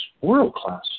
world-class